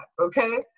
okay